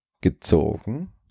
gezogen